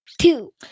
Two